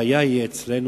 הבעיה היא אצלנו,